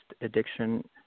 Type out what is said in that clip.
addiction